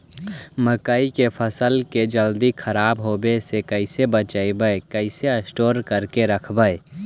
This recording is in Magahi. मकइ के फ़सल के जल्दी खराब होबे से कैसे बचइबै कैसे स्टोर करके रखबै?